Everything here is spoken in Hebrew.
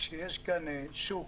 כשיש כאן שוק